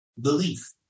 belief